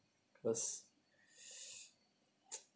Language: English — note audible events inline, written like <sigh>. cause <noise>